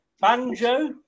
Banjo